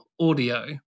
audio